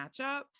matchup